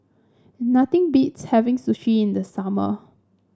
nothing beats having Sushi in the summer